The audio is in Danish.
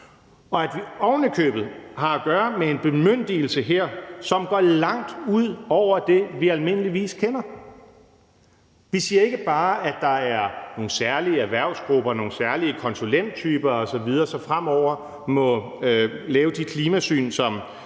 Vi har her ovenikøbet at gøre med en bemyndigelse, som går langt ud over det, vi almindeligvis kender. Vi siger ikke bare, at der er nogle særlige erhvervsgrupper, nogle særlige konsulenttyper osv., som fremover må lave de klimasyn, som